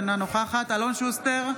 אינה נוכחת אלון שוסטר,